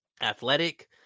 athletic